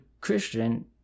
Christian